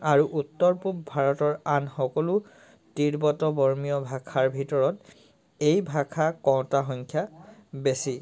আৰু উত্তৰ পূৱ ভাৰতৰ আন সকলো তিৰ্বত বৰ্মীয় ভাষাৰ ভিতৰত এই ভাষা কওঁতাৰ সংখ্যা বেছি